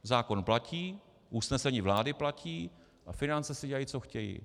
Zákon platí, usnesení vlády platí a finance si dělají, co chtějí.